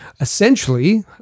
essentially